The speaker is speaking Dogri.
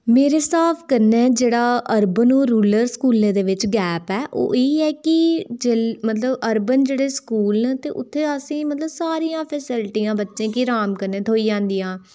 मेरे साह्ब कन्नै जेहड़ा अरबन और रुरल स्कूले दे बिच्च गैप ऐ के ओह् ऐ है कि मतलब अरबन जेहड़े स्कूल न ते उत्थै असेंगी मतलब सारियां फैसलिटियां बच्चे गी राम कन्नै थ्होई जदियां